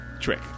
trick